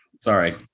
Sorry